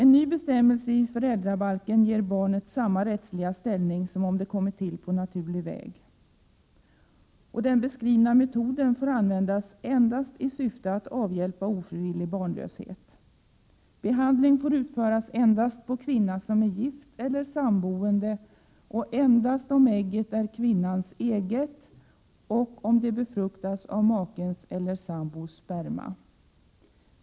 En ny bestämmelse i föräldrabalken ger barnet samma rättsliga ställning som om det kommit till på naturlig väg. Den beskrivna metoden får användas endast i syfte att avhjälpa ofrivillig barnlöshet. Behandling får utföras endast på kvinna som är gift eller samboende och endast om ägget är kvinnans eget och om det befruktas av makens eller sambons sperma.